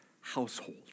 household